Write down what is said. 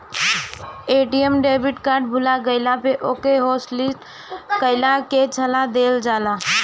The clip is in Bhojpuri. ए.टी.एम डेबिट कार्ड भूला गईला पे ओके हॉटलिस्ट कईला के सलाह देहल जाला